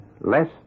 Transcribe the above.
less